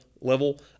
level